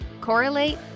correlate